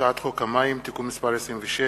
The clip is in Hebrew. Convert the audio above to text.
הצעת חוק המים (תיקון מס' 26),